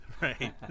Right